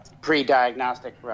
pre-diagnostic